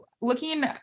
looking